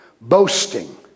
Boasting